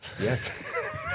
Yes